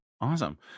Awesome